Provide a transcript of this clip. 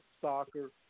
soccer